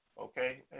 okay